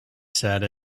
said